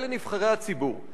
אלה נבחרי הציבור.